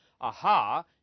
aha